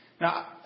Now